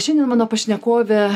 šiandien mano pašnekovė